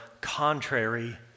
contrary